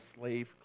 slave